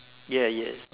ya yes